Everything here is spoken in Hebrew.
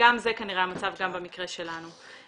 גם זה כנראה המצב במקרה שלנו.